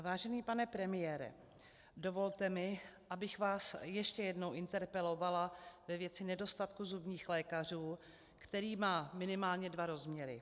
Vážený pane premiére, dovolte mi, abych vás ještě jednou interpelovala ve věci nedostatku zubních lékařů, který má minimálně dva rozměry.